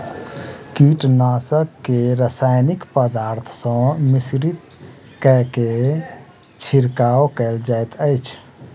कीटनाशक के रासायनिक पदार्थ सॅ मिश्रित कय के छिड़काव कयल जाइत अछि